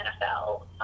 NFL